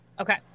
Okay